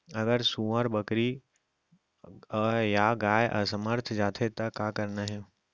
अगर सुअर, बकरी या गाय असमर्थ जाथे ता का करना हे?